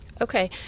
Okay